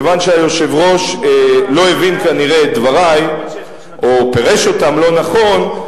מכיוון שהיושב-ראש לא הבין כנראה את דברי או פירש אותם לא נכון,